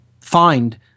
find